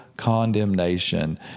condemnation